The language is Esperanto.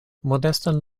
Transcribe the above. modestan